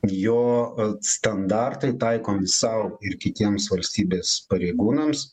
jo standartai taikomi sau ir kitiems valstybės pareigūnams